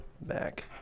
back